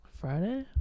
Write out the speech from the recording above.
Friday